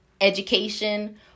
education